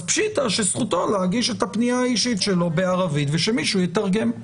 אז פשיטא שזכותו להגיש את הפניה האישית שלו בערבית ושמישהו יתרגם.